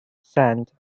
sand